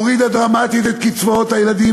הורידה דרמטית את קצבאות הילדים,